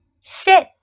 sit